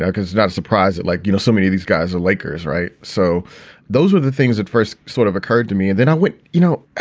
because not a surprise. it like, you know, so many of these guys are lakers. right. so those are the things that first sort of occurred to me. and then i went, you know,